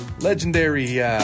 legendary